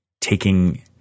taking